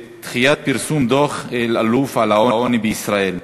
לסדר-היום בנושא: דחיית פרסום דוח אלאלוף על העוני בישראל,